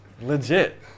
Legit